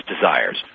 desires